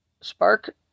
Spark